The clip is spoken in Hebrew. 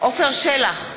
עפר שלח,